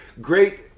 Great